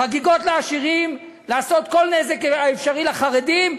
חגיגות לעשירים וכל נזק אפשרי לחרדים,